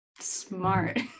smart